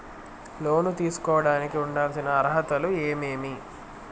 లోను తీసుకోడానికి ఉండాల్సిన అర్హతలు ఏమేమి?